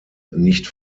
nicht